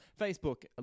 Facebook